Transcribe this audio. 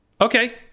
okay